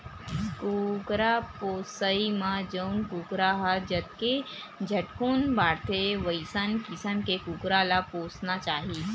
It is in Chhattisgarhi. कुकरा पोसइ म जउन कुकरा ह जतके झटकुन बाड़थे वइसन किसम के कुकरा ल पोसना चाही